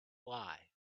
lie